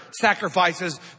sacrifices